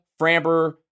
Framber